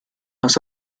los